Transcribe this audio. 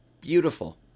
beautiful